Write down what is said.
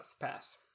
Pass